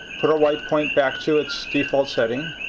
put our white point back to its default setting.